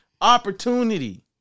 opportunity